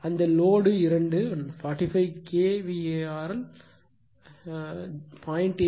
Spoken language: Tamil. அதே லோடு 2 45 k VAr ஐ 0